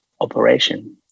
operation